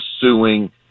suing